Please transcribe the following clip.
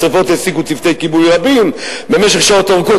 השרפות העסיקו צוותי כיבוי רבים במשך שעות ארוכות.